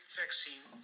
vaccine